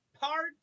parts